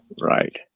Right